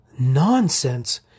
Nonsense